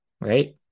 right